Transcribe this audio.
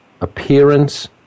appearance